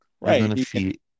Right